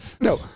No